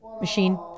machine